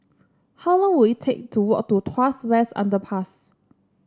how long will it take to walk to Tuas West Underpass